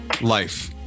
life